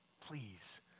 please